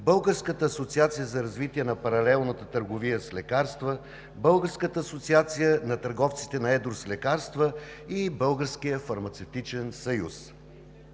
Българската асоциация за развитие на паралелната търговия с лекарства, Българската асоциация на търговците на едро с лекарства и Българският фармацевтичен съюз.